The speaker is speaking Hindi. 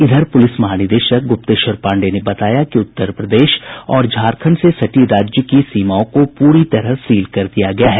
इधर पुलिस महानिदेशक गुप्तेश्वर पांडेय ने बताया कि उत्तर प्रदेश और झारखंड से सटी राज्य के सीमाओं को पूरी तरह सील कर दिया गया है